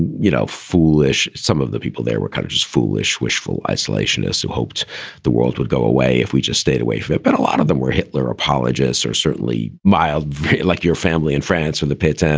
you know, foolish. some of the people there were kind of just foolish, wishful isolationists who hoped the world would go away if we just stayed away from it. but a lot of them were hitler apologists or certainly mild like your family in france or the pits. and